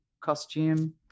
Costume